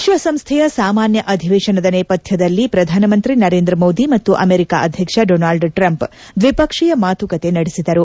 ವಿಶ್ಲಸಂಸ್ದೆಯ ಸಾಮಾನ್ಯ ಅಧಿವೇಶನದ ನೇಪಥ್ಯದಲ್ಲಿ ಪ್ರಧಾನಮಂತಿ ನರೇಂದ ಮೋದಿ ಮತ್ತು ಅಮೆರಿಕ ಅಧ್ಯಕ್ಷ ದೊನಾಲ್ಡ್ ಟ್ರಂಪ್ ದ್ವಿಪಕ್ಷೀಯ ಮಾತುಕತೆ ನಡೆಸಿದರು